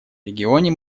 регионе